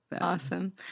Awesome